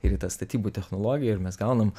ir į tą statybų technologiją ir mes gaunam